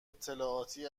اطلاعاتی